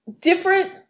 different